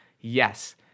Yes